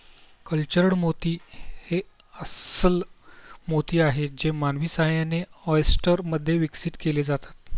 cultured मोती हे अस्स्ल मोती आहेत जे मानवी सहाय्याने, ऑयस्टर मध्ये विकसित केले जातात